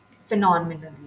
phenomenally